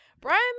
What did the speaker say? Brian